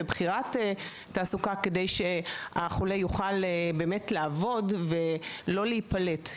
ובחירת תעסוקה כדי שהחולה יוכל באמת לעבוד ולא להיפלט.